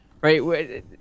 right